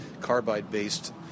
carbide-based